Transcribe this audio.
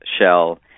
shell